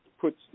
puts